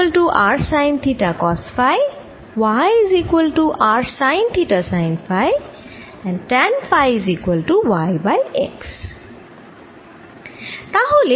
তাহলে একক ভেক্টর গুলি কেমন হবে